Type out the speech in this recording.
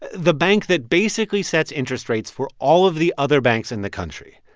the bank that basically sets interest rates for all of the other banks in the country.